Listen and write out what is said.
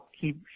keep